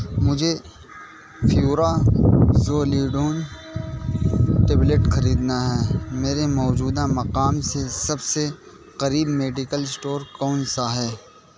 مجھے furazolidone tablet خریدنا ہیں میرے موجودہ مقام سے سب سے قریب میڈیکل اسٹور کون سا ہے